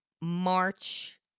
march